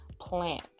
plant